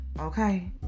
Okay